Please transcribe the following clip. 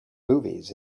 movies